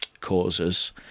causes